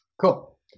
Cool